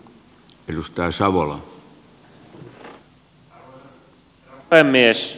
arvoisa puhemies